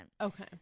Okay